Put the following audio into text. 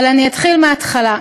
אבל אני אתחיל מההתחלה.